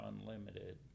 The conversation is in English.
unlimited